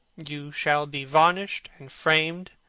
you shall be varnished, and framed,